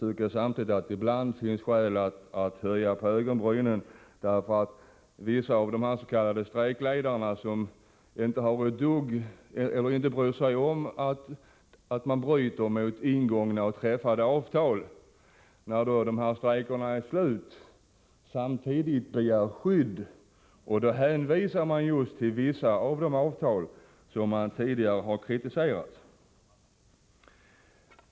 Ibland finns det också skäl att höja på ögonbrynen, eftersom somliga av de s.k. strejkledarna, som inte bryr sig om att de bryter mot träffade avtal, när strejkerna väl är slut begär skydd och hänvisar just till vissa av de avtal som de tidigare har kritiserat.